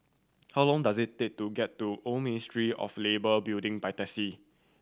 how long does it take to get to Old Ministry of Labour Building by taxi